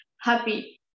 happy